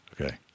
Okay